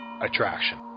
attraction